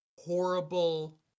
horrible